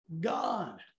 God